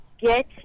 get